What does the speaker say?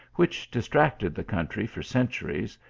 which distracted the country for cen turies,